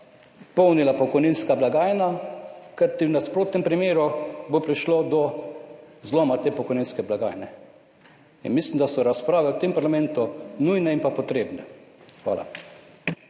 polnila pokojninska blagajna. Kajti v nasprotnem primeru bo prišlo do zloma te pokojninske blagajne in mislim, da so razprave v tem parlamentu nujne in potrebne. Hvala.